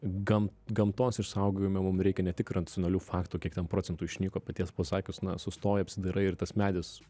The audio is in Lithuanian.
gam gamtos išsaugojime mum reikia ne tik racionalių faktų kiek ten procentų išnyko bet tiesą pasakius na sustoji apsidairai ir tas medis